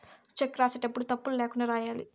check రాసేటప్పుడు తప్పులు ల్యాకుండా రాయాలి